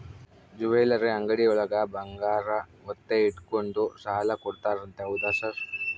Jewellery ಅಂಗಡಿಯೊಳಗ ಬಂಗಾರ ಒತ್ತೆ ಇಟ್ಕೊಂಡು ಸಾಲ ಕೊಡ್ತಾರಂತೆ ಹೌದಾ ಸರ್?